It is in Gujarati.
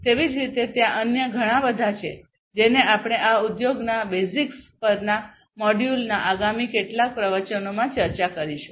તેવી જ રીતે ત્યાં અન્ય ઘણાં બધાં છે જેને આપણે આ ઉદ્યોગના બેઝિક્સ પરના મોડ્યુલના આગામી કેટલાક પ્રવચનોમાં ચર્ચા કરીશું